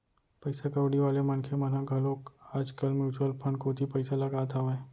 पइसा कउड़ी वाले मनखे मन ह घलोक आज कल म्युचुअल फंड कोती पइसा लगात हावय